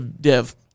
dev